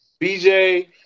BJ